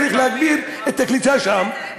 צריך להגביר את הקליטה שם,